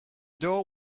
door